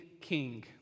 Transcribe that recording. king